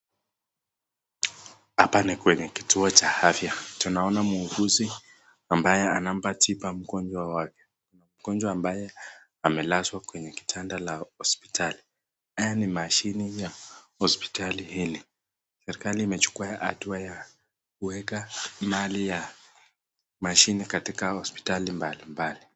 Hapa ni kwenye kituo cha afya. Tunaona muuguzi ambaye anampa tiba mgonjwa wake, mgonjwa ambaye amelazwa kwenye kitanda cha hospitali. Haya ni mashini ya hospitali hili. Serikali imechukua hatua ya kuweka mali ya mashini katika hospitali mbalimbali.